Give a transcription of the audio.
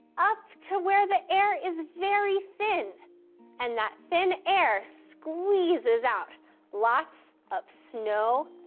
up to where the air is very thin and that thin air squeezes out lots of snow